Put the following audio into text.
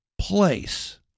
place